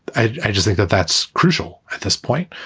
i just think that that's crucial at this point.